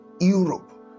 Europe